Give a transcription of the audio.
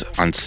on